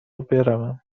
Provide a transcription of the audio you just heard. بروم